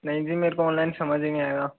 नहीं जी मेरे को ऑनलाइन समझ ही नहीं आएगा